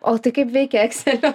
o tai kaip veikia ekselio